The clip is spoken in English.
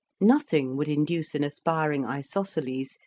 nothing would induce an aspiring isosceles,